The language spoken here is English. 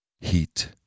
heat